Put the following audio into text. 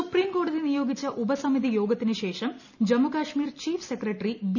supreme കോടതി നിയോഗിച്ച ഉപസമിതി യോഗത്തിനുശേഷം ജമ്മുകാശ്മീർ ചീഫ് സെക്രട്ടറി ബി